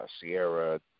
Sierra